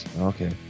Okay